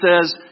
says